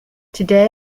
today